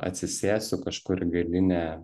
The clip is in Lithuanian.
atsisėsiu kažkur į galinę